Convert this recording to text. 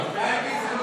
מעמד האישה, פנים.